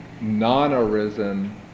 non-arisen